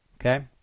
Okay